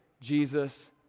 Jesus